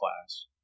class